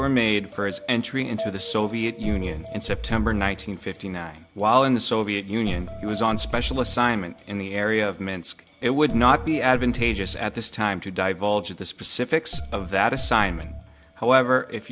were made for his entry into the soviet union in september nine hundred fifty nine while in the soviet union he was on special assignment in the area of manske it would not be advantageous at this time to divulge the specifics of that assignment however if